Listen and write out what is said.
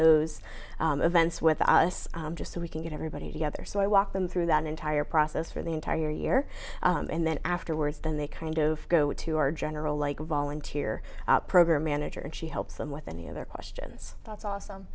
those events with us just so we can get everybody together so i walk them through that entire process for the entire year and then afterwards then they kind of go to our general like a volunteer program manager and she helps them with any of their questions that's awesome